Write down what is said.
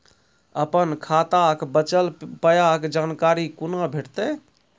अपन खाताक बचल पायक जानकारी कूना भेटतै?